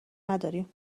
نداریم